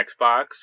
Xbox